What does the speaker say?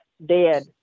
dead